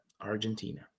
Argentina